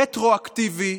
רטרואקטיבי,